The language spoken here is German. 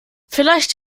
vielleicht